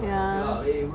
ah